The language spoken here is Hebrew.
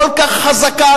כל כך חזקה,